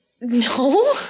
No